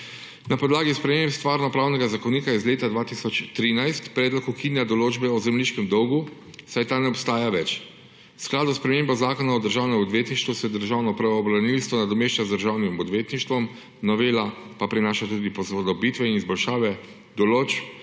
Na podlagi sprememb Stvarnopravnega zakonika iz leta 2013 predlog ukinja določbe o zemljiškem dolgu, saj ta ne obstaja več. V skladu s spremembo Zakona o državnem odvetništvu se državno pravobranilstvo nadomešča z državnim odvetništvom, novela pa prinaša tudi posodobitve in izboljšave določb,